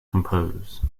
compose